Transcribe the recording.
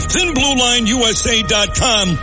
ThinBlueLineUSA.com